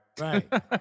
right